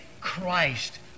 Christ